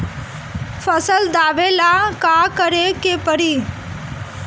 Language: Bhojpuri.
फसल दावेला का करे के परी?